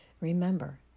Remember